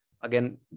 Again